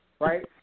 Right